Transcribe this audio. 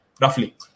roughly